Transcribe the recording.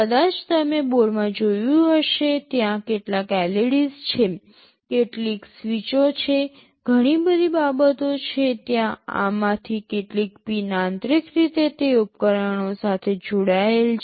કદાચ તમે બોર્ડમાં જોયું હશે ત્યાં કેટલાક LEDs છે કેટલીક સ્વીચો છે ઘણી બધી બાબતો છે ત્યાં આમાંથી કેટલીક પિન આંતરિક રીતે તે ઉપકરણો સાથે જોડાયેલ છે